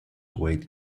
weight